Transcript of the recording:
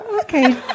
Okay